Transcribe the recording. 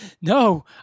no